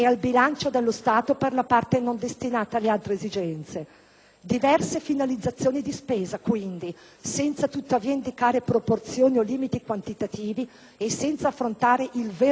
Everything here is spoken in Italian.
Diverse finalizzazioni di spesa, quindi, senza tuttavia indicare proporzioni o limiti quantitativi e senza affrontare il vero nodo che è la diminuzione dei redditi di chi opera nel comparto.